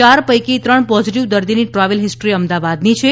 ચાર પૈકી ત્રણ પોઝીટીવ દર્દીની ટ્રાવેલ હિસ્ટ્રી અમદાવાદની છે